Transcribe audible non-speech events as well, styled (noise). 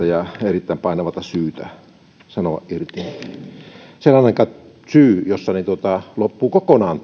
(unintelligible) ja erittäin painavaa syytä sanoa irti sellainenkaan syy jossa joltakin loppuu kokonaan